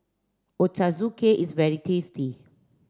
Ochazuke is very tasty